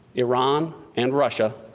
iran and russia,